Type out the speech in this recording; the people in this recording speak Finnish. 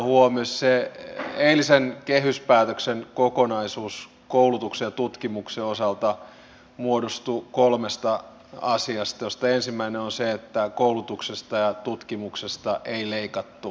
se eilisen kehyspäätöksen kokonaisuus koulutuksen ja tutkimuksen osalta muodostuu kolmesta asiasta joista ensimmäinen on se että koulutuksesta ja tutkimuksesta ei leikattu lisää